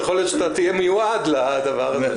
יכול להיות שאתה תהיה מיועד לדבר הזה.